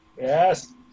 yes